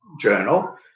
journal